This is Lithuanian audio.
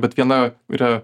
bet viena yra